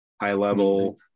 high-level